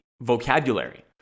vocabulary